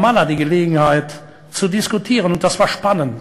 מחמוד עבאס וסלאם פיאד,